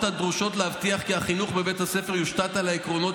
הדרושות להבטיח כי החינוך בבית הספר יושתת על עקרונות